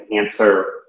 answer